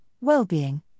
well-being